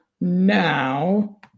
now